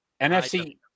NFC